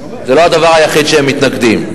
זה לא הדבר היחיד שהם מתנגדים לו.